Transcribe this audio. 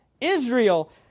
Israel